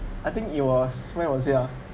I think it was where was it ya